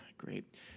Great